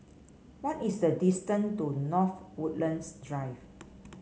what is the distance to North Woodlands Drive